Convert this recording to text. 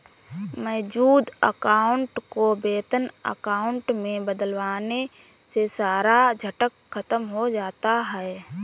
मौजूद अकाउंट को वेतन अकाउंट में बदलवाने से सारा झंझट खत्म हो जाता है